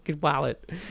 wallet